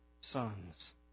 sons